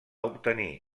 obtenir